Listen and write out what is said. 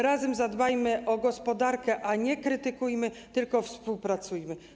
Razem zadbajmy o gospodarkę, nie krytykujmy, tylko współpracujmy.